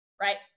right